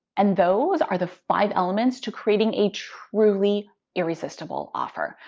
and those are the five elements to creating a truly irresistible offer.